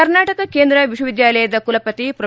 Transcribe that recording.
ಕರ್ನಾಟಕ ಕೇಂದ್ರ ವಿಶ್ವವಿದ್ಯಾಲಯದ ಕುಲಪತಿ ಪ್ರೊ